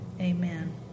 amen